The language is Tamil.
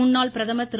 முன்னாள் பிரதமர் திரு